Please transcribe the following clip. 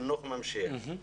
חינוך ממשיך.